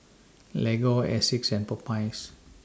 Lego Asics and Popeyes